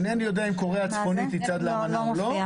אינני יודע אם קוריאה הצפונית היא צד לאמנה או לא,